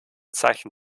zeichen